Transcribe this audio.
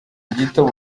gito